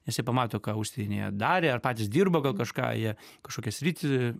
nes jie pamato ką užsienyje darė ar patys dirbo gal kažką jie kažkokią sritį